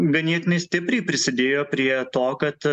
ganėtinai stipriai prisidėjo prie to kad